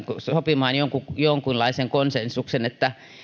sopimaan jonkunlaisen konsensuksen